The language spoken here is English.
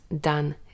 done